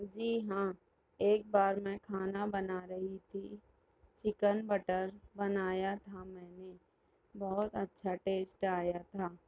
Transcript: جی ہاں ایک بار میں کھانا بنا رہی تھی چکن بٹر بنایا تھا میں نے بہت اچھا ٹیسٹ آیا تھا